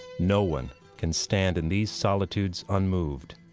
no one can stand in these solitudes unmoved,